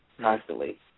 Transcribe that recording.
constantly